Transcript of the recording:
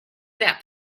that